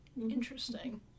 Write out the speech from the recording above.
Interesting